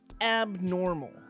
abnormal